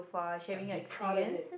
like be part of it